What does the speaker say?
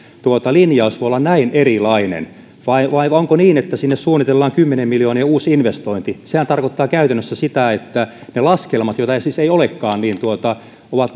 linjaus voi olla näin erilainen vai vai onko niin että sinne suunnitellaan kymmenien miljoonien uusi investointi sehän tarkoittaa käytännössä sitä että ne laskelmat joita siis ei olekaan ovat